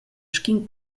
sc’in